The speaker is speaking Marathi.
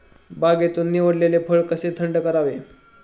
बागेतून निवडलेले फळ कसे थंड करावे?